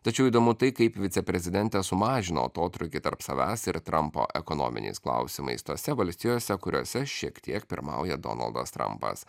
tačiau įdomu tai kaip viceprezidentė sumažino atotrūkį tarp savęs ir trampo ekonominiais klausimais tose valstijose kuriose šiek tiek pirmauja donaldas trampas